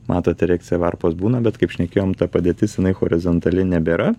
matot erekcija varpos būna bet kaip šnekėjom ta padėtis jinai horizontali nebėra